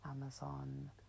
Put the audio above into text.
Amazon